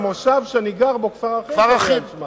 המושב שאני גר בו, כפר-אחים, הוא